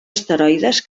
asteroides